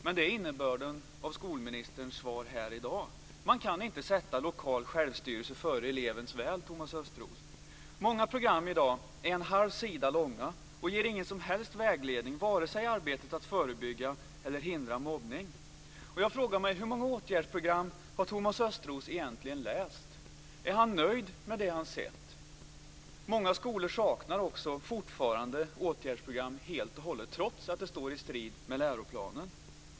Men det är innebörden av skolministerns svar här i dag. Man kan inte sätta lokal självstyrelse före elevens väl, Thomas Östros. Många program är i dag en halv sida långa och ger ingen som helst vägledning i arbetet med vare sig att förebygga eller att hindra mobbning. Hur många åtgärdsprogram har Thomas Östros egentligen läst? Är han nöjd med det han sett? Många skolor saknar också fortfarande åtgärdsprogram helt och hållet, trots att det står i strid med läroplanen.